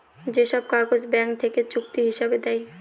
যে সব কাগজ ব্যাঙ্ক থেকে চুক্তি হিসাবে দেয়